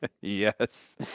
Yes